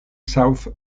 south